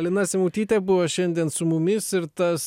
lina simutytė buvo šiandien su mumis ir tas